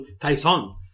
Tyson